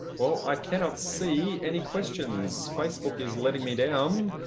well, i cannot see any questions facebook is letting me down.